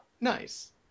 Nice